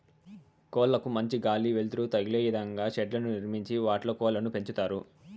కోళ్ళ కు మంచి గాలి, వెలుతురు తదిలే ఇదంగా షెడ్లను నిర్మించి వాటిలో కోళ్ళను పెంచుతారు